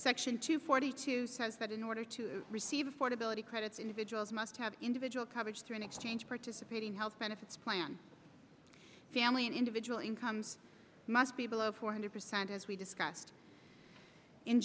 section two forty two says that in order to receive affordability credits individuals must have individual coverage through an exchange participating health benefits plan family and individual incomes must be below four hundred percent as we discussed in